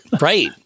Right